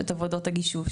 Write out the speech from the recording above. את עבודות הגישוש.